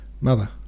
Mother